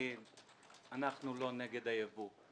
להגיד שאנחנו לא נגד היבוא.